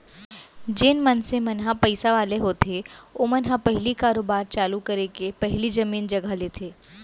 जेन मनसे मन ह पइसा वाले होथे ओमन ह पहिली कारोबार चालू करे के पहिली जमीन जघा लेथे